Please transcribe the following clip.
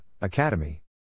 academy